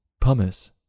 pumice